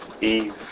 Eve